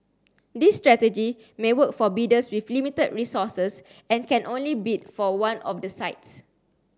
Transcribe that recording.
this strategy may work for bidders with limited resources and can only bid for one of the sites